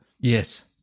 Yes